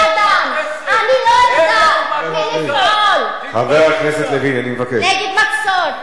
אמנע מלפעול נגד מצוד,